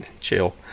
chill